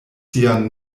sian